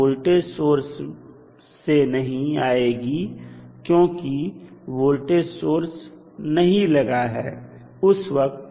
voltage source से नहीं आएगी क्योंकि वोल्टेज सोर्स नहीं लगा है उस वक्त